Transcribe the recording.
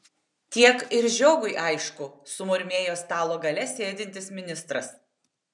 tiek ir žiogui aišku sumurmėjo stalo gale sėdintis ministras